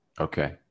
Okay